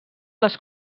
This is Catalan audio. les